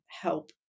help